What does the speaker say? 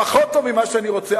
פחות טוב ממה שאני רוצה.